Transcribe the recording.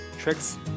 tricks